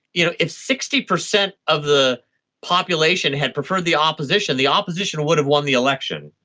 you know if sixty percent of the population had preferred the opposition, the opposition would have won the election.